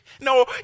No